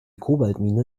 kobaltmine